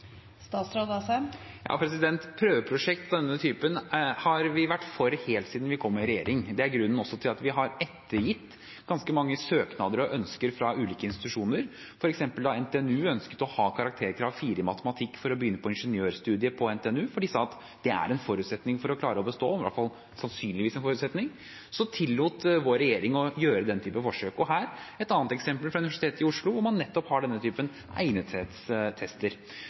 denne typen har vi vært for helt siden vi kom i regjering. Det er også grunnen til at vi har vært imøtekommende når det gjelder ganske mange søknader og ønsker fra ulike institusjoner. For eksempel da NTNU ønsket å ha karakterkravet fire i matematikk for å begynne på ingeniørstudiet på NTNU – de sa at det var en forutsetning for å klare å bestå, i hvert fall sannsynligvis en forutsetning – tillot vår regjering å gjøre denne typen forsøk. Her har vi et annet eksempel, fra Universitetet i Oslo, hvor man har denne typen